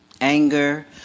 Anger